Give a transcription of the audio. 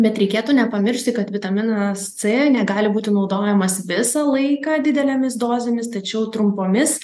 bet reikėtų nepamiršti kad vitaminas c negali būti naudojamas visą laiką didelėmis dozėmis tačiau trumpomis